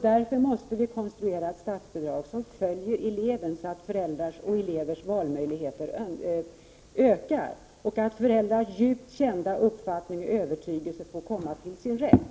Därför måste vi konstruera ett statsbidrag som följer eleven, så att föräldrars och elevers valmöjligheter ökar, och att föräldrars djupt kända övertygelse får komma till uttryck.